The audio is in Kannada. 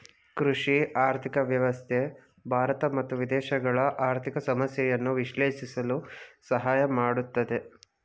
ಕೃಷಿ ಆರ್ಥಿಕ ವ್ಯವಸ್ಥೆ ಭಾರತ ಮತ್ತು ವಿದೇಶಗಳ ಆರ್ಥಿಕ ಸಮಸ್ಯೆಯನ್ನು ವಿಶ್ಲೇಷಿಸಲು ಸಹಾಯ ಮಾಡುತ್ತದೆ